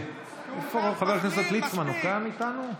איפה חבר הכנסת ליצמן, הוא כאן איתנו?